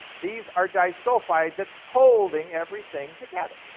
these are disulfide that's holding everything together.